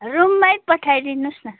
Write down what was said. रुममै पठाइदिनु होस् न